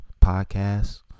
Podcasts